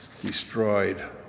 destroyed